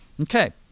Okay